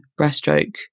breaststroke